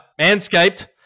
manscaped